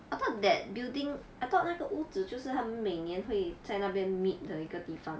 I thought that building I thought 那个屋子就是他们每年会在那边 meet 的一个地方